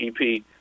EP